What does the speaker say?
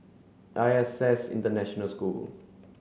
I S S International School